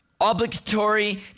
obligatory